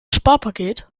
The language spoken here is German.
sparpaket